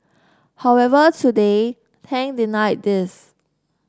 however today Tang denied these